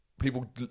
people